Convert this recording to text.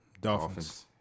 Dolphins